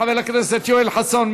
חבר הכנסת יואל חסון,